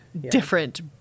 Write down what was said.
different